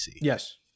Yes